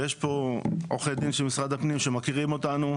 ויש פה עורכי דין ממשרד הפנים שמכירים אותנו.